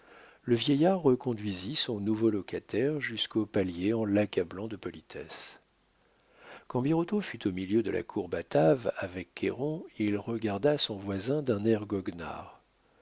le vieillard reconduisit son nouveau locataire jusqu'au palier en l'accablant de politesses quand birotteau fut au milieu de la cour batave avec cayron il regarda son voisin d'un air goguenard